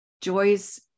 Joy's